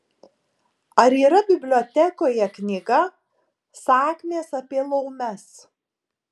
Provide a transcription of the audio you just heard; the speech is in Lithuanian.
ar yra bibliotekoje knyga sakmės apie laumes